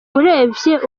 uravye